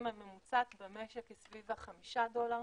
הממוצעת במשק היא סביב החמישה דולר,